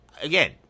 Again